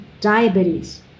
diabetes